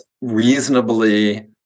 reasonably